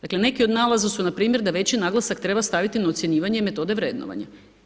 Dakle, neki od nalaza su npr. da veći naglasak treba staviti na ocjenjivanje metode vrednovanja.